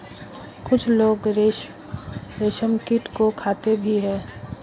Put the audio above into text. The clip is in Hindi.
कुछ लोग रेशमकीट को खाते भी हैं